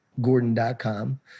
Gordon.com